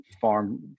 farm